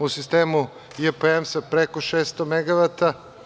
U sistemu JP EMS je preko 600 megavata.